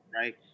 right